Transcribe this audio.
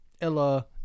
Ella